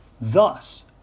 Thus